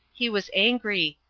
he was angry,